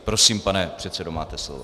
Prosím, pane předsedo, máte slovo.